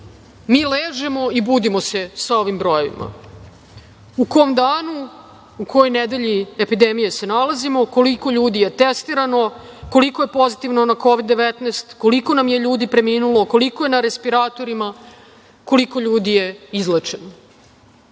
mi ležemo i budimo sa ovim brojevima, u kom danu, u kojoj nedelji epidemije se nalazimo, koliko ljudi je testirano, koliko je pozitivno na Kovid – 19, koliko nam je ljudi preminulo, koliko je na respiratorima, koliko ljudi je izlečeno.